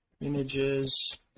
images